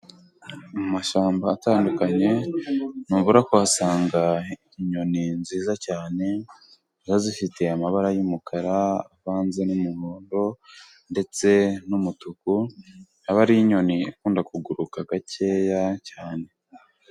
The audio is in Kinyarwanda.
Mu mashyamba atandukanye, nt'ubura kuhasanga inyoni nziza cyane, zaba zifite amabara y'umukara, avanze n'umuhondo, ndetse n'umutuku. Ikaba ari inyoni ikunda kuguruka gakeya cyane.